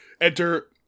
Enter